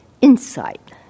insight